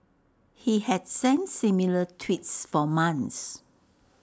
he had sent similar tweets for months